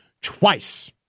Twice